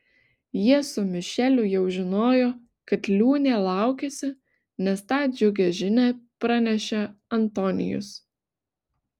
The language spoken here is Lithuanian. jie su mišeliu jau žinojo kad liūnė laukiasi nes tą džiugią žinią pranešė antonijus